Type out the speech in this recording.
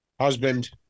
Husband